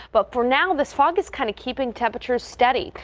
but for now this fog is kind of keeping temperatures steady.